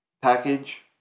package